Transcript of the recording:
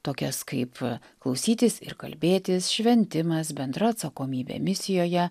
tokias kaip klausytis ir kalbėtis šventimas bendra atsakomybė misijoje